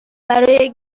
برای